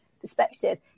perspective